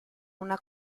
una